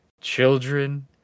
children